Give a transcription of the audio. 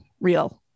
real